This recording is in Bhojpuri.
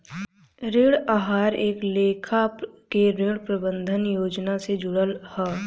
ऋण आहार एक लेखा के ऋण प्रबंधन योजना से जुड़ल हा